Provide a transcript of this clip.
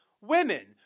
Women